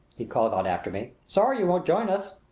he called out after me. sorry you won't join us.